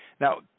Now